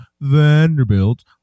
Vanderbilt